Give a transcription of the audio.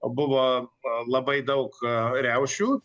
buvo labai daug riaušių